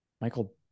Michael